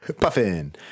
Puffin